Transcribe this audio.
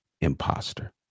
imposter